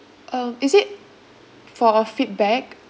um is it for a feedback